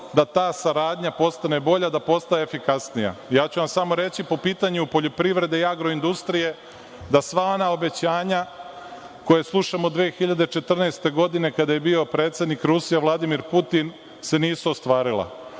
da ta saradnja postane bolja, da postane efikasnija. Ja ću vam samo reći po pitanju poljoprivrede i agroindustrije, da sva ona obećanja koja slušamo od 2014. godine kada je bio predsednik Rusije Vladimir Putin se nisu ostvarila.